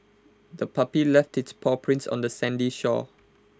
the puppy left its paw prints on the sandy shore